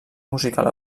musical